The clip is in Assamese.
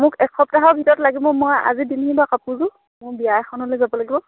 মোক এক সপ্তাহৰ ভিতৰত লাগিব মই আজি দিমহি বাৰু কাপোৰযোৰ মোৰ বিয়া এখনলৈ যাব লাগিব